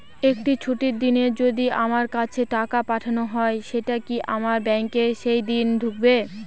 একটি ছুটির দিনে যদি আমার কাছে টাকা পাঠানো হয় সেটা কি আমার ব্যাংকে সেইদিন ঢুকবে?